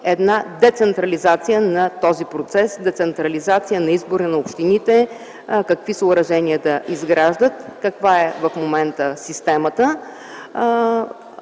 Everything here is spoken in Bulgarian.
една децентрализация на този процес – децентрализация на избора на общините за това какви съоръжения да изграждат. Каква е в момента системата?